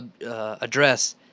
address